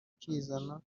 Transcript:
ukizana